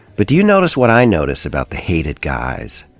but do you notice what i notice about the hated guys?